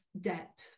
depth